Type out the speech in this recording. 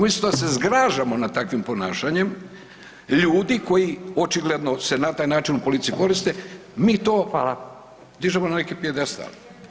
Umjesto da se zgražamo nad takvim ponašanjem ljudi koji se očigledno se na taj način u politici koriste [[Upadica: Hvala.]] mi to dižemo na neki piedestal.